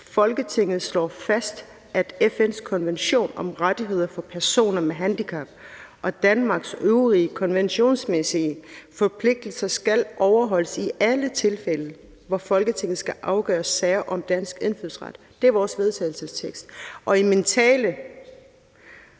Folketinget slår fast, at FN’s Konvention om Rettigheder for Personer med Handicap og Danmarks øvrige konventionsmæssige forpligtelser skal overholdes i alle tilfælde, hvor Folketinget skal afgøre sager om dansk indfødsret. Det er vores tekst. Og i min tale